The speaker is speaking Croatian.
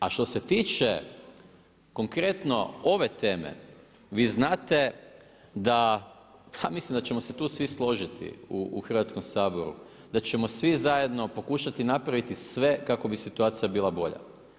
A što se tiče konkretno ove teme, vi znate da, a mislim da ćemo se tu svi složiti u Hrvatskom saboru, da ćemo svi zajedno pokušati napraviti sve kako bi situacija bila bolja.